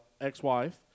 ex-wife